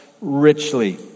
richly